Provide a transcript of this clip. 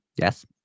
yes